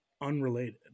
unrelated